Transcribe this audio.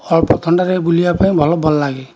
ଅଳ୍ପ ଥଣ୍ଡାରେ ବୁଲିବାପାଇଁ ଭଲ ଭଲ ଲାଗେ